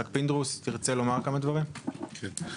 של חברי כנסת,